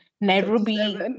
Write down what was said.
Nairobi